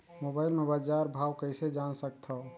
Mobile म बजार भाव कइसे जान सकथव?